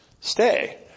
stay